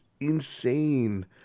insane